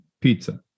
pizza